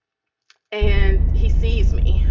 and he sees me.